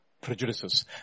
prejudices